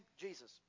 Jesus